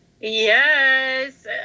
Yes